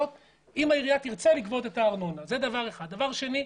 אנחנו ממשיכים, זה דיון ראשוני.